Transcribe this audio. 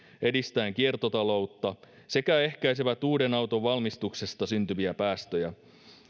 edistäen kiertotaloutta sekä ehkäisevät uuden auton valmistuksesta syntyviä päästöjä